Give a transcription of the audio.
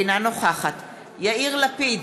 אינה נוכחת יאיר לפיד,